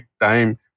time